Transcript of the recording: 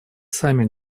сами